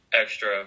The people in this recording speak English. extra